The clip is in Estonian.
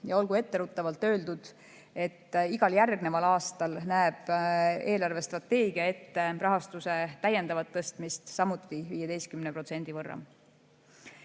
Ja olgu etteruttavalt öeldud, et igal järgmisel aastal näeb eelarvestrateegia ette rahastuse täiendavat tõstmist samuti 15% võrra.